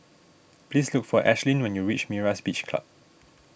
please look for Ashlyn when you reach Myra's Beach Club